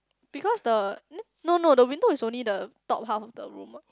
because the n~ no no the window is only the top half of the room what